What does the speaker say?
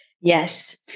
Yes